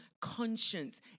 conscience